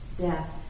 death